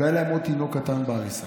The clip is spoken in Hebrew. והיה להם עוד תינוק קטן בעריסה.